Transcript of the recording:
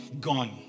gone